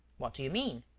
what do you mean?